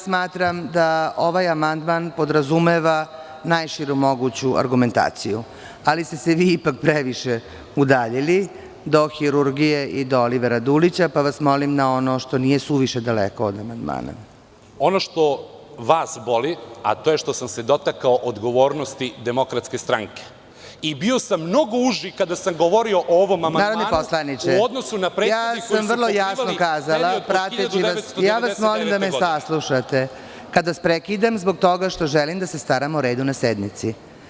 Smatram da ovaj amandman podrazumeva najširu moguću argumentaciju, ali ste se vi previše udaljili, do hirurgije i do Olivera Dulića, pa vas molim na ono što nije suviše daleko od amandmana.) Ono što vas boli jeste to što sam se dotakao odgovornosti DS i bio sam mnogo uži kada sam govorio o ovom amandmanu u odnosu na prethodne koji su pokrivali period od 1999. godine. (Predsedavajuća: Molim vas da me saslušate, kada vas prekinem zbog toga što želim da se staram o redu na sednici.